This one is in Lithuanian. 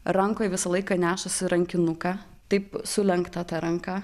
rankoj visą laiką nešasi rankinuką taip sulenkta ta ranka